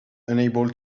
unable